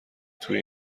توی